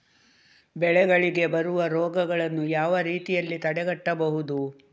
ಬೆಳೆಗಳಿಗೆ ಬರುವ ರೋಗಗಳನ್ನು ಯಾವ ರೀತಿಯಲ್ಲಿ ತಡೆಗಟ್ಟಬಹುದು?